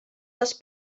les